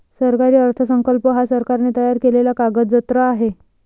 सरकारी अर्थसंकल्प हा सरकारने तयार केलेला कागदजत्र आहे